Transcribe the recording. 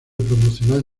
promocional